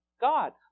God